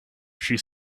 she